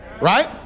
Right